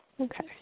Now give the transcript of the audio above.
Okay